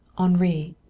henri,